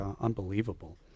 unbelievable